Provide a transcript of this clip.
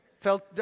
Felt